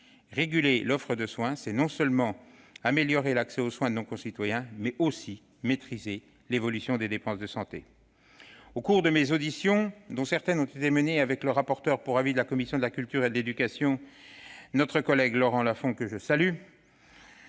Réguler l'offre de soins, c'est non seulement améliorer l'accès aux soins de nos concitoyens, mais aussi maîtriser l'évolution des dépenses de santé. Au cours de mes auditions, dont certaines ont été menées avec le rapporteur pour avis de la commission de la culture, de l'éducation et de la communication, notre collègue Laurent Lafon, que je salue,